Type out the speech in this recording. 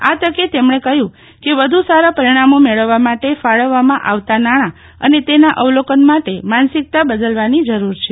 આ તકે તેમણે કહ્યું કે વધુ સારા પરિણામો મિળવવા માટે ફાળવવામાં આવતા નાણાં અને તિના અવલોકન માટે માનસીકતા બદલવાની જરૂરા છે